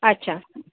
अच्छा